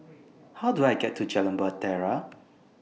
How Do I get to Jalan Bahtera